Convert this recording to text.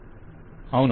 client అవును